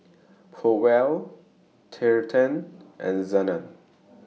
Powell Trenten and Zenas